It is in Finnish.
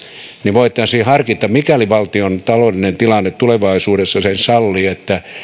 voitaisiin harkita mikäli valtion taloudellinen tilanne tulevaisuudessa sen sallii että